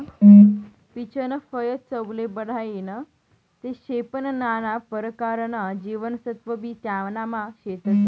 पीचनं फय चवले बढाईनं ते शे पन नाना परकारना जीवनसत्वबी त्यानामा शेतस